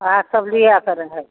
हमरा सभ लियैके रहै